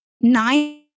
nine